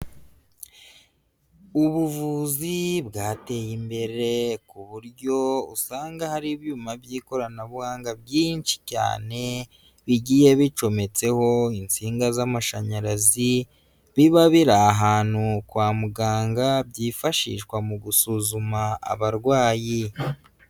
Ubuvuzi bwateye imbere ku buryo usanga hari ibyuma by'ikoranabuhanga byinshi cyane bigiye bicometseho insinga z'amashanyarazi, biba biri ahantu kwa muganga, byifashishwa mu gusuzuma abarwayi.